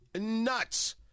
nuts